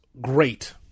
great